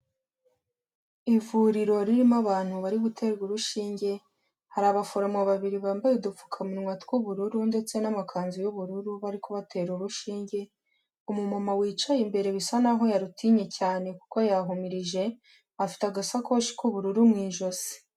Ivuriro ririmo abantu bari guterwa urushinge, hari abaforomo babiri bambaye udupfukamunwa tw'ubururu ndetse namakanzu y'ubururu bari kuba batera urushinge, umumama wicaye imbere bisa naho yarutinye cyane kuko yahumirije afite agasakoshi k'ubururu mu ijosi.